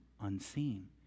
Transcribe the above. unseen